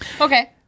Okay